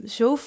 zo